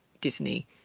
disney